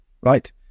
right